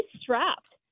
strapped